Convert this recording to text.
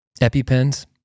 EpiPens